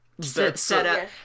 setup